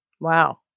Wow